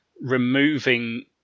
removing